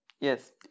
Yes